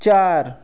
चार